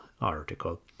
article